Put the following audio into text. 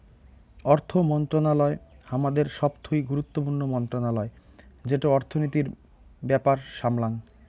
অর্থ মন্ত্রণালয় হামাদের সবথুই গুরুত্বপূর্ণ মন্ত্রণালয় যেটো অর্থনীতির ব্যাপার সামলাঙ